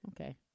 Okay